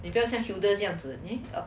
你不要像 children 这样子